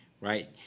right